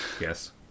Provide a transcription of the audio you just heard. Yes